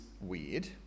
weird